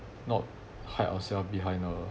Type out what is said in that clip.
not hide ourselves behind a